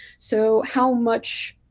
so how much